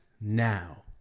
now